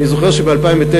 אני זוכר שב-2009,